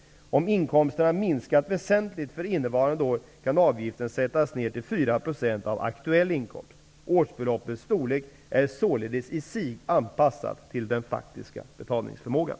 Om inkomsterna minskat väsentligt för innevarande år kan avgiften sättas ned till 4 % av aktuell inkomst. Årsbeloppets storlek är således i sig anpassat till den faktiska betalningsförmågan.